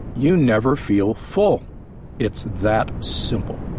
you never feel full it's that simple.